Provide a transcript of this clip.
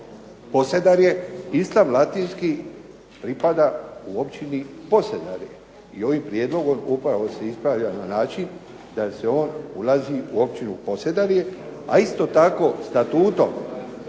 Posedarje Islam Latinski pripada u Općini Posedarje. I ovim prijedlogom upravo se ispravlja na način da se on ulazi u Općinu Posedarje. A isto tako statuom